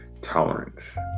tolerance